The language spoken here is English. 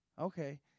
Okay